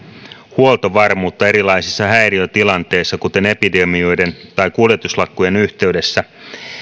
huoltovarmuutta erilaisissa häiriötilanteissa kuten epidemioiden tai kuljetuslakkojen yhteydessä